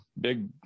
big